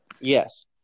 Yes